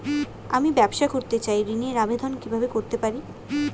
আমি ব্যবসা করতে চাই ঋণের আবেদন কিভাবে করতে পারি?